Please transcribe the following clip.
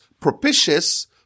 propitious